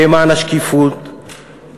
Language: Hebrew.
למען השקיפות,